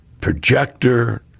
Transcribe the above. projector